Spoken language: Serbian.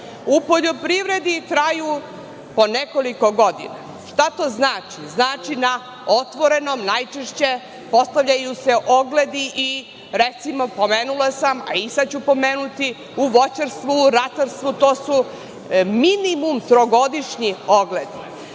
U poljoprivredi traju po nekoliko godina. Šta to znači? Znači, na otvorenom najčešće postavljaju se ogledi i, recimo, pomenula sam, a i sada ću pomenuti, u voćarstvu, u ratarstvu to su minimum trogodišnji ogledi.